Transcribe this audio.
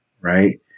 Right